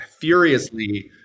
furiously